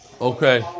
Okay